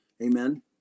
Amen